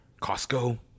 Costco